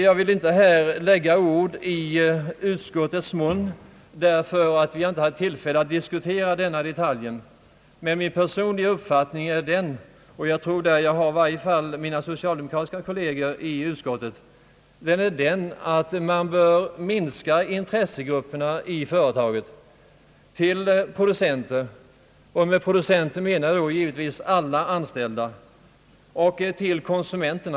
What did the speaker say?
Jag vill inte här lägga ord i utskottets mun, eftersom vi inte har haft tillfälle att diskutera denna detalj. Min personliga uppfattning är emellertid den, och jag tror att jag därvidlag i varje fall har mina socialdemokratiska kolleger i utskottet på min sida, att man bör minska intressegrupperna i ett företag till producenter — och med producenter menar jag givetvis alla anställda — och till konsumenter.